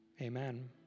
Amen